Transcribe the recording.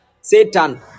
satan